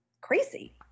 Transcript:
crazy